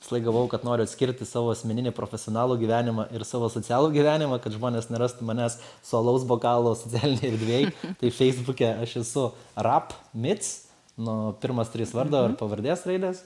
visąlaik galvojau kad noriu atskirti savo asmeninį profesionalų gyvenimą ir savo socialų gyvenimą kad žmonės nerastų manęs su alaus bokalu socialinėj erdvėj tai feisbuke aš esu rap mic nu pirmos trys vardo ir pavardės raidės